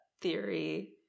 theory